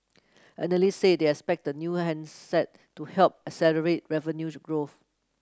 analysts said they expect the new handset to help accelerate revenue growth